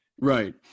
Right